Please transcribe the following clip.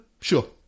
sure